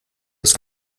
ist